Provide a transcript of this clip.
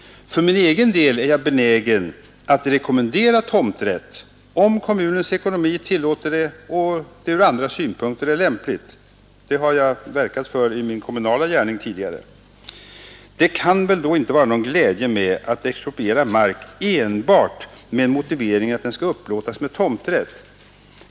För min egen del är jag benägen att rekommendera tomträtt, om kommunens ekonomi tillåter det och om det från andra synpunkter är lämpligt. Det har jag verkat för tidigare i min kommunala gärning. Dä kan det väl inte vara nägon glädje med att expropriera mark enbart med motiveringen att den skall upplatas med tomträtt.